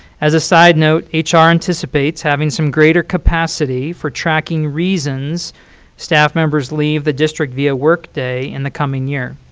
as a side note, ah hr anticipates having some greater capacity for tracking reasons staff members leave the district via workday in the coming year.